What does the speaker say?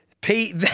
Pete